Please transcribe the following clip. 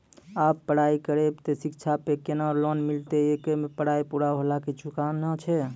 आप पराई करेव ते शिक्षा पे केना लोन मिलते येकर मे पराई पुरा होला के चुकाना छै?